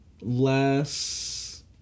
Less